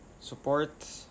support